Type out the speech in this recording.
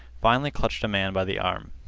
finally clutched a man by the arm.